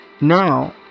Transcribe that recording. now